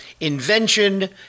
invention